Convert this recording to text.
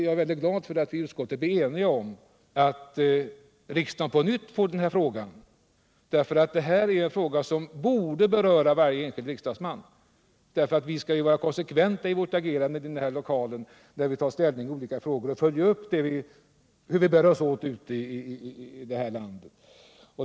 Jag är glad över att vi i utskottet är eniga om att riksdagen på nytt skall ta upp frågan — den borde beröra varje enskild riksdagsman. Vi skall ju vara konsekventa i vårt agerande när vi tar ställning i olika frågor och följa upp konsekvenserna av våra beslut.